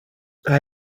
hij